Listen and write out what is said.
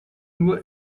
nur